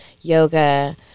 yoga